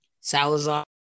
Salazar